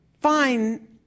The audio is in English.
Fine